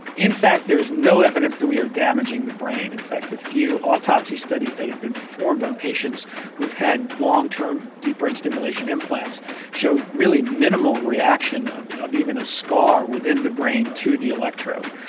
in fact there's no evidence that we are damaging the brain. in fact the few autopsy studies that have been performed on patients who have had long term deep brain stimulation implants show really minimal reaction of of even a scar within the brain to the electrodes.